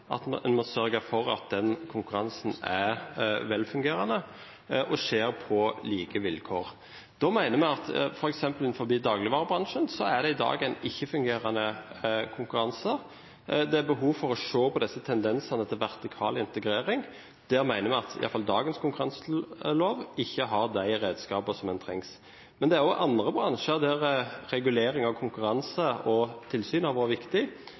og en må sørge for at den konkurransen er velfungerende og skjer på like vilkår. Vi mener at det f.eks. innenfor dagligvarebransjen i dag er en ikke-fungerende konkurranse. Det er behov for å se på disse tendensene til vertikal integrering, og der mener vi at iallfall dagens konkurranselov ikke har de redskaper som trengs. Men det er også andre bransjer der regulering av konkurranse og tilsyn har vært viktig.